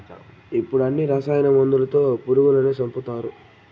ఇప్పుడు అన్ని రసాయన మందులతో పురుగులను సంపుతారు